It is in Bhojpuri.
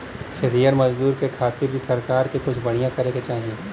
खेतिहर मजदूर के खातिर भी सरकार के कुछ बढ़िया करे के चाही